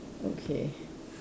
okay